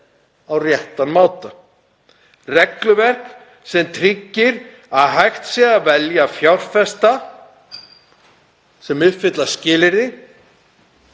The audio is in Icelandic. á réttan máta. Regluverk sem tryggir að hægt sé að velja fjárfesta sem uppfylla skilyrði